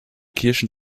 kirschen